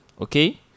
Okay